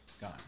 gone